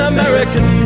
American